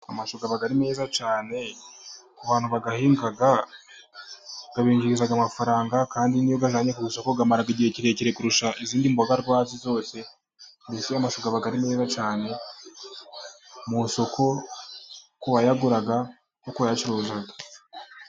Amashu aba ari meza cyane ku bantu bayahinga abinjiriza amafaranga kandi iyo bayajyanye ku isoko amara igihe kirekire kurusha izindi mboga rwazi zose, mbese amashu ari meza cyane, mu isoko wayagura ukayacuruza.